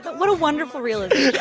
but what a wonderful realization. like,